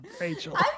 Rachel